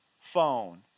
phone